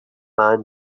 man